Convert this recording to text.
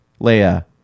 Leia